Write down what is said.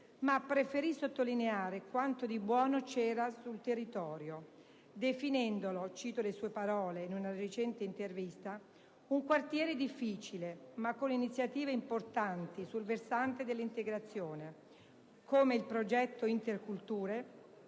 ma preferì sottolineare quanto di buono c'era sul territorio, definendolo, cito le sue parole in una recente intervista, «un quartiere difficile, ma con iniziative importanti sul versante dell'integrazione», come il progetto Interculture,